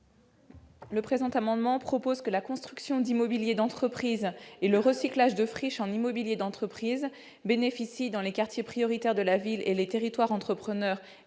Cet amendement prévoit que la construction d'immobilier d'entreprise et le recyclage de friches en immobilier d'entreprise bénéficient, dans les quartiers prioritaires de la politique de la ville et les territoires entrepreneurs